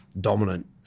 dominant